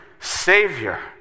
Savior